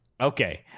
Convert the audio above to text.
Okay